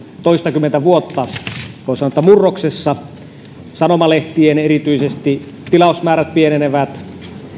toistakymmentä vuotta voisi sanoa murroksessa erityisesti sanomalehtien tilausmäärät pienenevät